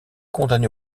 condamné